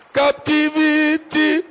captivity